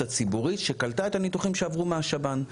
הציבורית שקלטה את הניתוחים שעברו מהשב"ן.